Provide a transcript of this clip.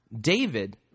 David